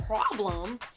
problem